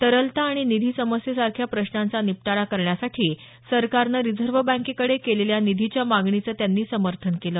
तरलता आणि निधी समस्येसारख्या प्रश्नांचा निपटारा करण्यासाठी सरकानं रिझर्व्ह बँकेकडे केलेल्या निधीच्या मागणीचं त्यांनी समर्थन केलं